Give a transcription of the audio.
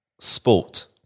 sport